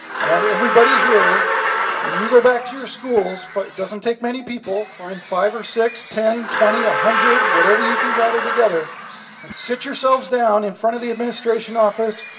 i want everybody here when you go back to your schools but it doesn't take many people find five or six, ten, twenty, a hundred, whatever you can gather together and sit yourselves down in front of the administration office,